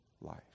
life